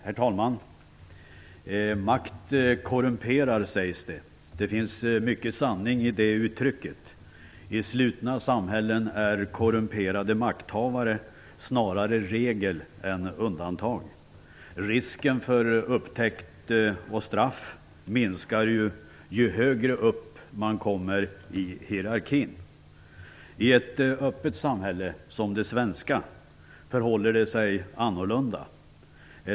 Herr talman! Makt korrumperar, sägs det. Det finns mycket sanning i det uttrycket. I slutna samhällen är korrumperade makthavare snarare regel än undantag. Risken för upptäckt och straff minskar ju ju högre upp man kommer i hierarkin. I ett öppet samhälle som det svenska förhåller det sig annorlunda.